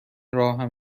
راهم